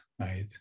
Right